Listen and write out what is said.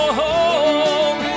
home